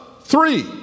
Three